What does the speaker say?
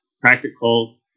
practical